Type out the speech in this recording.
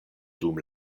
dum